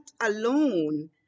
alone